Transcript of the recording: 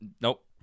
Nope